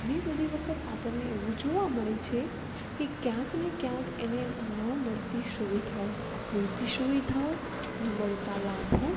ઘણી બધી વખત આપણને એવું જોવા મળે છે કે ક્યાંક ને ક્યાંક એને ન મળતી સુવિધાઓ અપૂરતી સુવિધાઓ ન મળતા લાભો